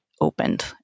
opened